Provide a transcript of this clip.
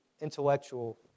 intellectual